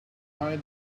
eye